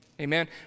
Amen